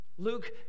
Luke